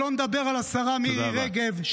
שלא נדבר על השרה מירי רגב,